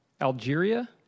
Algeria